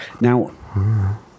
Now